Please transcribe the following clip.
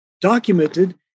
documented